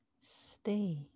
stay